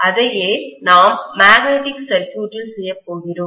அதையே நாம் மேக்னெட்டிக் சர்க்யூட்டில் செய்யப் போகிறோம்